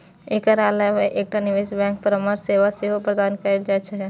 एकर अलावा एकटा निवेश बैंक परामर्श सेवा सेहो प्रदान करै छै